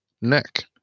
neck